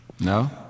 No